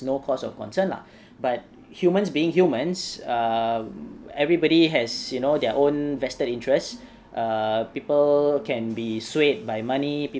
no cause of concern lah but humans being humans um everybody has you know their own vested interest err people can be swayed by money